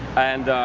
and,